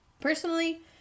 Personally